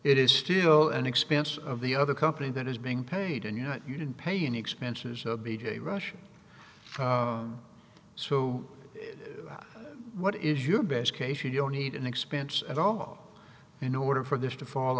it is still an expense of the other company that is being paid and you know you didn't pay any expenses o b j rush so what is your best case you don't need an expense at all in order for this to fall